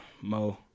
Mo